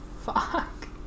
Fuck